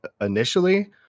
initially